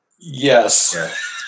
Yes